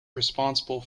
responsible